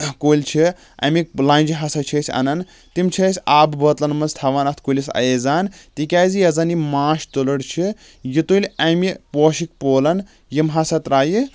کُلۍ چھِ اَمِکۍ لنٛجہِ ہسا چھِ أسۍ اَنان تِم چھِ أسۍ آبہٕ بٲتلَن منز تھاوان اَتھ کُلِس اَویزان تِکیازِ یۄس زَن یہِ ماچھ تُلٕر چھِ یہِ تُلہِ اَمہِ پوشِکۍ پولَن یِم ہسا ترایہِ